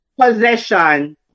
Possession